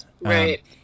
Right